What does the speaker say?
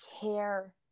care